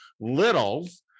littles